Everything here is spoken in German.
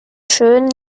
schön